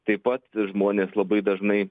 taip pat žmonės labai dažnai